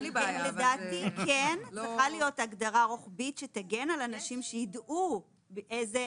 לדעתי צריכה להיות הגדרה רוחבית שתגן על אנשים שידעו איזו